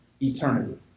eternity